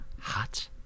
hot